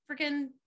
freaking